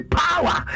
power